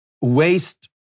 waste